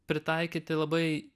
pritaikyti labai